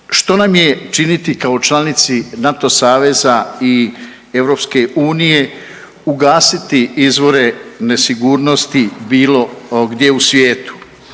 Što nam je činiti kao članici NATO saveza i EU ugasiti izvore nesigurnosti bilo gdje u svijetu.